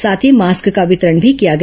साथ ही मास्क का वितरण भी किया गया